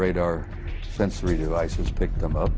radar sensory devices picked them up